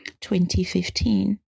2015